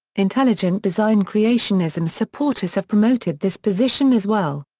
intelligent design creationism supporters have promoted this position as well.